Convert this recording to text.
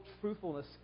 truthfulness